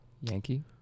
Yankee